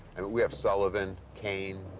and we have sullivan, kane,